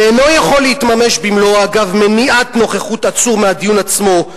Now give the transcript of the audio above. שאינו יכול להתממש במלואו אגב מניעת נוכחות עצור מהדיון עצמו,